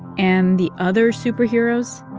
and the other superheroes?